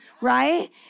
right